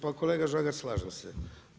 Pa kolega Žagar, slažem se.